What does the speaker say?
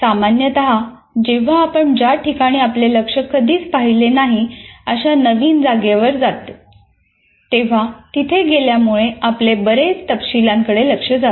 सामान्यत जेव्हा आपण ज्या ठिकाणी आपले लक्ष कधीच पाहिले नाही अशा नवीन जागेवर जातो तेव्हा तिथे गेल्यामुळे आपले बरेच तपशीलांकडे लक्ष जाते